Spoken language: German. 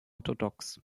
orthodox